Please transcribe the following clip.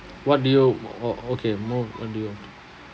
what do you oh okay move